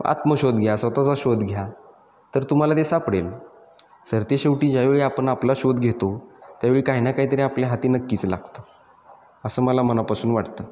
आत्मशोध घ्या स्वतःचा शोध घ्या तर तुम्हाला ते सापडेल सरते शेवटी ज्यावेळी आपण आपला शोध घेतो त्यावेळी काही ना काहीतरी आपल्या हाती नक्कीच लागतं असं मला मनापासून वाटतं